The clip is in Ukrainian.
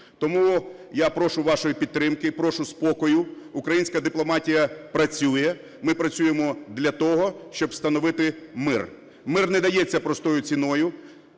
Тому я прошу вашої підтримки, прошу спокою, українська дипломатія працює. Ми працюємо для того, щоб встановити мир. Мир не дається простою ціною.